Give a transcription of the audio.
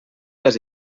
les